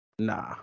Nah